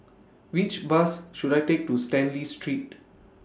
Which Bus should I Take to Stanley Street